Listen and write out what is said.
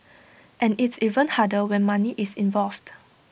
and it's even harder when money is involved